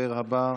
הדובר הבא,